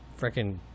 Freaking